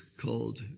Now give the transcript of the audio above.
called